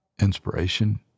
inspiration